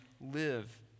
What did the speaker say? live